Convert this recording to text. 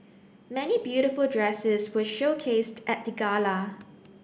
many beautiful dresses were showcased at the gala